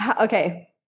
okay